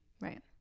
right